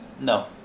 No